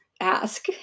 ask